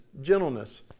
gentleness